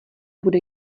bude